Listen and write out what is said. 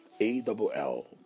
A-double-L